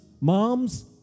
moms